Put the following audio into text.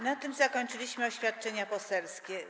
Na tym zakończyliśmy oświadczenia poselskie.